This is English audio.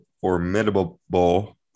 formidable